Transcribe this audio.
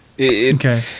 Okay